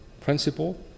principle